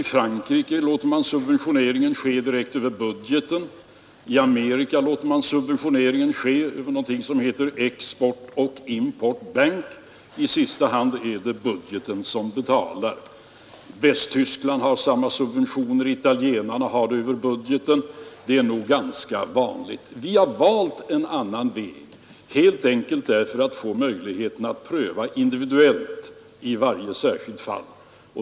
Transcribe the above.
I Frankrike låter man subventioneringen ske direkt över budgeten och i USA utövas den via Export-Import Bank. I sista hand betalas medlen via budgeten. Västtyskland har samma ordning, och även italienarna subventionerar via budgeten. Det är ett ganska vanligt system. Vi har valt en annan väg helt enkelt för att få möjligheten att pröva individuellt i varje särskilt fall.